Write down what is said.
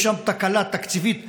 יש שם תקלה תקציבית קשה.